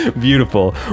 beautiful